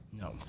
No